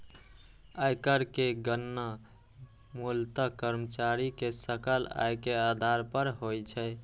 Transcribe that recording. आयकर के गणना मूलतः कर्मचारी के सकल आय के आधार पर होइ छै